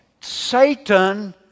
Satan